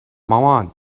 مامان